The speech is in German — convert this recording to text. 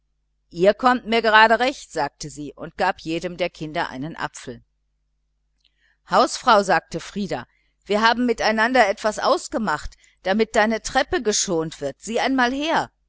ihr kommt mir gerade recht sagte sie und gab jedem einen apfel hausfrau sagte frieder wir haben miteinander etwas ausgemacht damit deine treppe geschont wird sieh einmal her